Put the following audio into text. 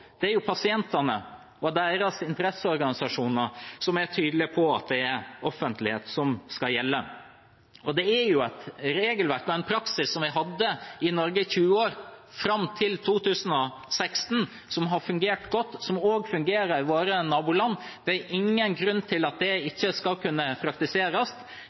er jo pasientene og deres interesseorganisasjoner, som er tydelige på at det er offentlighet som skal gjelde. Dette er et regelverk og en praksis som vi hadde i Norge i 20 år, fram til 2016, som har fungert godt, og som også fungerer i våre naboland. Det er ingen grunn til at det ikke skal kunne praktiseres.